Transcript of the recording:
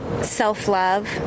self-love